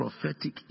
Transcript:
prophetic